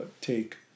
take